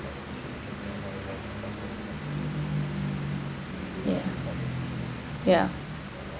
ya ya